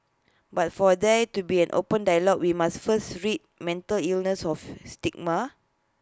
but for there to be an open dialogue we must first rid mental illness of its stigma